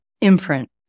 imprint